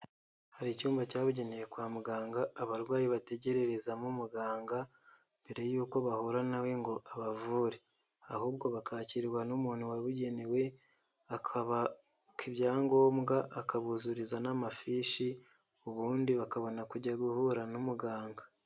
Hari icyumba cyabugenewe kwa muganga, abarwayi bategererezamo muganga mbere yuko bahura na we ngo abavure; ahubwo bakakirwa n'umuntu wabugenewe akabaka ibya ngombwa, akabuzuriza n'amafishi, ubundi bakabona kujya guhura n'umuganga.